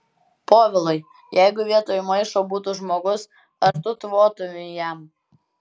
povilai jeigu vietoj maišo būtų žmogus ar tu tvotumei jam